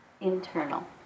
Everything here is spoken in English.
internal